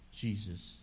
Jesus